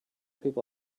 people